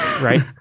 right